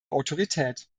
autorität